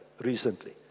recently